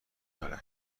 داره